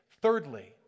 Thirdly